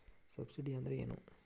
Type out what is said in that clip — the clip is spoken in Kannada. ಸಬ್ಸಿಡಿ ಅಂದ್ರೆ ಏನು?